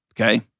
Okay